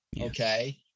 okay